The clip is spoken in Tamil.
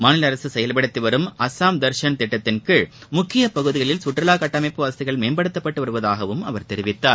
மாநில அரசு செயல்படுத்தி வரும் அசாம் தர்ஷன் திட்டத்தின் கீழ் முக்கிய பகுதிகளில் சுற்றுலா கட்டமைப்பு வசதிகள் மேம்படுத்தப்பட்டு வருவதாகவும் அவர் தெரிவித்தார்